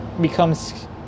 becomes